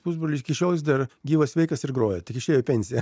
pusbrolį iki šiol dar gyvas sveikas ir groja tik išėjo į pensiją